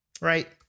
right